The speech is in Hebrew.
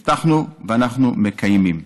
הבטחנו, ואנחנו מקיימים.